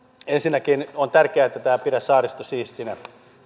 ensinnäkin on tärkeää että tähän pidä saaristo siistinä